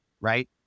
right